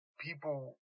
people